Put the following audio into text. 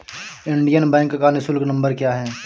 Indian bank का निःशुल्क number क्या है?